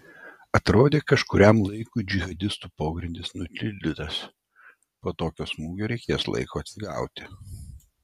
atrodė kažkuriam laikui džihadistų pogrindis nutildytas po tokio smūgio reikės laiko atsigauti